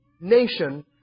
nation